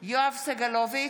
סגלוביץ'